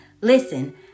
Listen